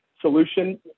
solution